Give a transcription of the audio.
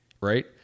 right